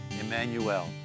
Emmanuel